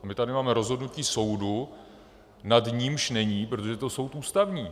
My tady máme rozhodnutí soudu, nad něž není, protože to je soud Ústavní.